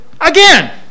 again